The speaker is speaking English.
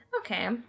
Okay